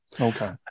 Okay